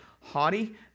haughty